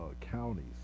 counties